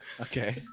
okay